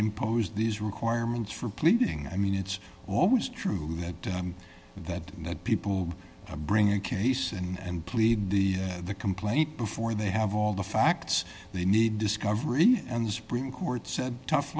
impose these requirements for pleading i mean it's always true that that that people bring a case in and plead the the complaint before they have all the facts they need discovery and the supreme court said tough